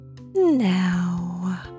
now